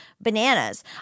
bananas